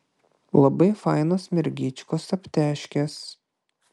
labai fainos mergyčkos aptežkės